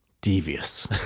Devious